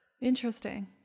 Interesting